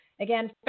again